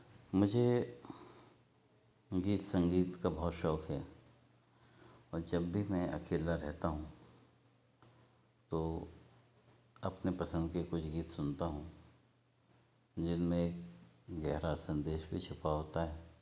मुझे गीत संगीत का बहुत शौक़ है और जब भी मैं अकेला रहता हूँ तो अपने पसंद के कुछ गीत सुनता हूँ जिनमें गहरा संदेश भी छिपा होता है